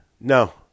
no